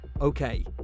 Okay